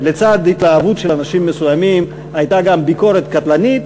לצד התלהבות של אנשים מסוימים הייתה גם ביקורת קטלנית,